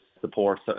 support